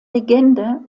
legende